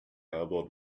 elbowed